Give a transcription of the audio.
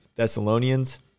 Thessalonians